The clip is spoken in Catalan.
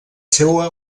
seua